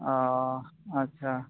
ᱚᱸᱻ ᱟᱪᱷᱟ